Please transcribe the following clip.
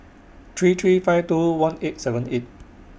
three three five two one eight seven eight